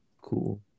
Cool